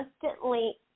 constantly